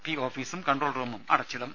P ഓഫീസും control റൂമും അടച്ചിടും